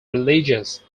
religious